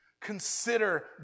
Consider